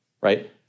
right